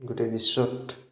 গোটেই বিশ্বত